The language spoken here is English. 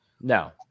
No